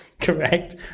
Correct